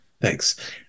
Thanks